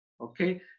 Okay